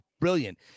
brilliant